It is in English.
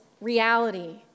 reality